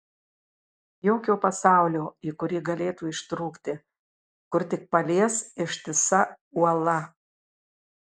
jokio pasaulio į kurį galėtų ištrūkti kur tik palies ištisa uola